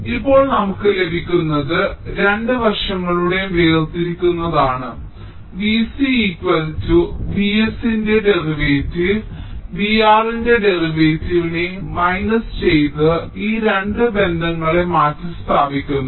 അതിനാൽ ഇപ്പോൾ നമുക്ക് ലഭിക്കുന്നത് രണ്ട് വശങ്ങളെയും വേർതിരിക്കുന്നതാണ് V c Vs ന്റെ ഡെറിവേറ്റീവ് VR ന്റെ ഡെറിവേറ്റീവിനെ മൈനസ് ചെയ്ത് ഈ രണ്ട് ബന്ധങ്ങളെ മാറ്റിസ്ഥാപിക്കുന്നു